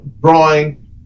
drawing